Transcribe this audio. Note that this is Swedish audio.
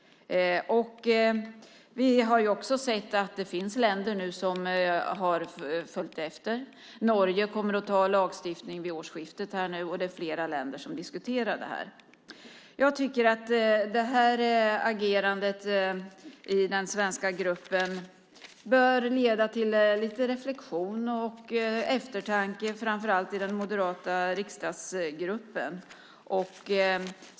Vi har också sett att det nu finns länder som har följt efter. Norge kommer att anta en lagstiftning nu vid årsskiftet, och det är flera länder som diskuterar detta. Jag tycker att agerandet i den svenska gruppen bör leda till lite reflexion och eftertanke framför allt i den moderata riksdagsgruppen.